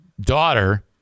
daughter